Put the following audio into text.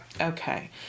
Okay